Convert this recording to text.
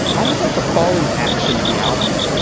almost like the falling action of the album.